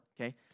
okay